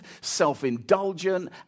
self-indulgent